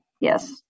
Yes